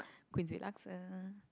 Queensway laksa